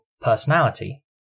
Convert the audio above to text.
personality